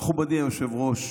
מכובדי היושב-ראש,